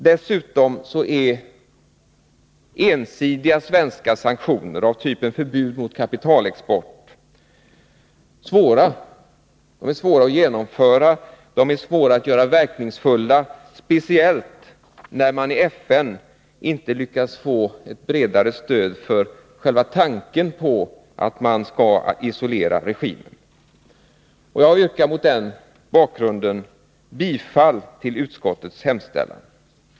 Dessutom är ensidiga svenska sanktioner av typen förbud mot kapitalexport svåra att genomföra och svåra att få verkningsfulla, speciellt när man i FN inte lyckas få ett bredare stöd för själva tanken på att isolera regimen. Jag yrkar mot denna bakgrund bifall till utskottets hemställan.